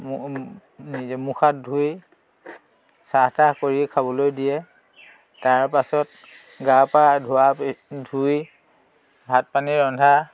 মুখ হাত ধুই চাহ তাহ কৰি খাবলৈ দিয়ে তাৰ পাছত গা পা ধোৱা ধুই ভাত পানী ৰন্ধা